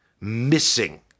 missing